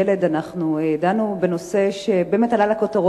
היום בוועדה לזכויות הילד אנחנו דנו בנושא שעלה לכותרות